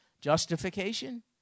justification